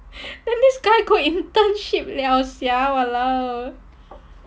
then this guy go internship liao sia !walao!